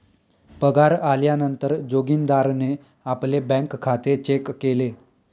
पगार आल्या नंतर जोगीन्दारणे आपले बँक खाते चेक केले